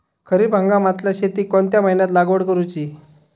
खरीप हंगामातल्या शेतीक कोणत्या महिन्यात लागवड करूची?